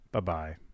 Bye-bye